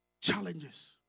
challenges